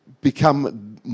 become